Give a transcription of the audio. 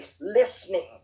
listening